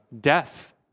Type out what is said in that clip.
death